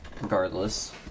regardless